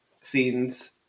scenes